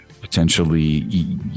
potentially